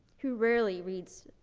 who rarely reads?